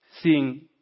Seeing